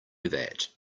that